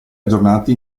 aggiornati